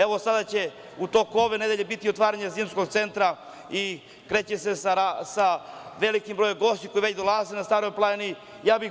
Evo, sada će u toku ove nedelje biti otvaranje zimskog centra i kreće se sa velikim brojem gostiju koji već dolaze na Staru Planinu.